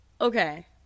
Okay